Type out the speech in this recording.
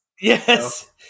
Yes